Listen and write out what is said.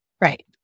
right